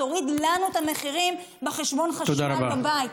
תוריד לנו את המחירים בחשבון החשמל בבית.